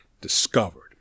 discovered